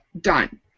done